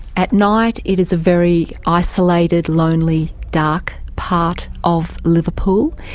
at night it is a very isolated, lonely, dark part of liverpool.